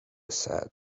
said